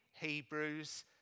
Hebrews